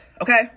Okay